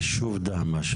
היישוב דהמש,